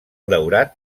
daurat